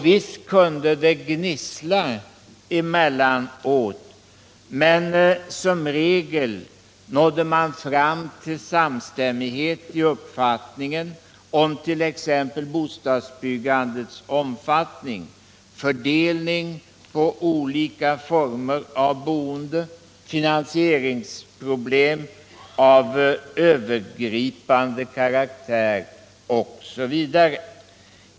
Visst kunde det gnissla emellanåt, men som regel nådde man fram till samstämmighet i uppfattningen om t.ex. bostadsbyggandets omfattning, fördelning på olika former av boende, finansieringsproblem av övergripande karaktär osv.